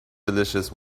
delicious